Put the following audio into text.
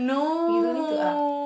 you don't need to up